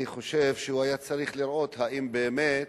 אני חושב שהוא היה צריך לראות אם באמת